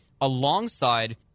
alongside